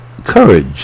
courage